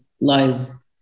lies